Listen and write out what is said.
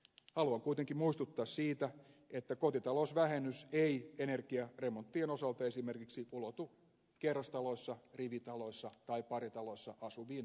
haluan kuitenkin muistuttaa siitä että kotitalousvähennys ei energiaremonttien osalta ulotu esimerkiksi kerrostaloissa rivitaloissa tai paritaloissa asuviin ollenkaan